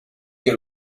dio